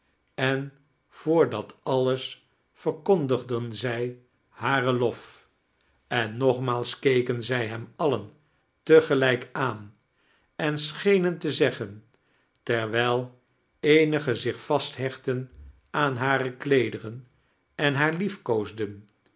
en voor dat alles verkondigdeai zij haren lof en nogmaals keken zij hem alien fce gelijk aan em schenen te zeggen terwijl eenigein zich vasthechtten aan bare kleederen en haar